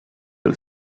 del